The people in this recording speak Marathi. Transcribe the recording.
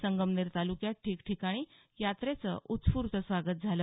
संगमनेर तालुक्यात ठिकठिकाणी यात्रेचं उत्स्फूर्त स्वागत झालं